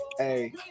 Hey